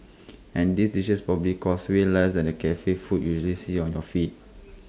and these dishes probably cost way less than the Cafe food you usually see on your feed